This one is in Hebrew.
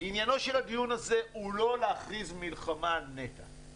עניינו של הדיון הזה הוא לא להכריז מלחמה על נת"ע